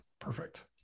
Perfect